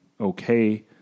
okay